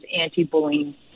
anti-bullying